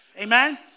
Amen